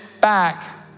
back